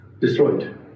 destroyed